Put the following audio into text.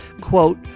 quote